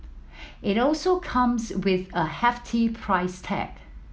it also comes with a hefty price tag